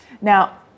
now